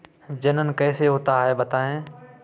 जनन कैसे होता है बताएँ?